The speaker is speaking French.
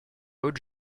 haute